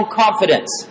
confidence